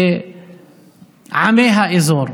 ועמי האזור.